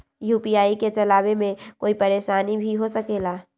UPI के चलावे मे कोई परेशानी भी हो सकेला?